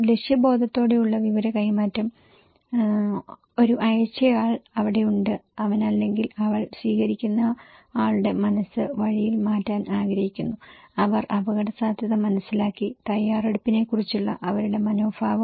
ലക്ഷ്യബോധത്തോടെയുള്ള വിവര കൈമാറ്റം അതിനാൽ ഒരു അയച്ചയാൾ അവിടെയുണ്ട് അവൻ അല്ലെങ്കിൽ അവൾ സ്വീകരിക്കുന്നയാളുടെ മനസ്സ് വഴിയിൽ മാറ്റാൻ ആഗ്രഹിക്കുന്നു അവർ അപകടസാധ്യത മനസ്സിലാക്കി തയ്യാറെടുപ്പിനെക്കുറിച്ചുള്ള അവരുടെ മനോഭാവം